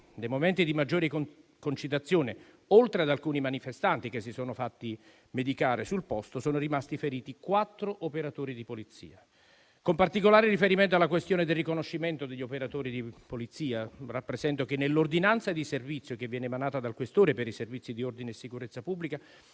nei momenti di maggiore concitazione, oltre ad alcuni manifestanti che si sono fatti medicare sul posto, sono rimasti feriti quattro operatori di polizia. Con particolare riferimento alla questione del riconoscimento degli operatori di polizia, rappresento che nell'ordinanza di servizio che viene emanata dal questore per i servizi di ordine e sicurezza pubblica